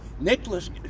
Nicholas